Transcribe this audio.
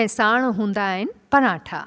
ऐं साणु हूंदा आहिनि पराठा